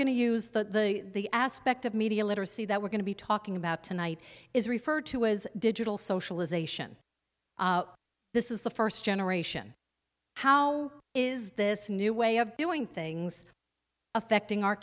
going to use the the aspect of media literacy that we're going to be talking about tonight is referred to as digital socialization this is the first generation how is this new way of doing things affecting our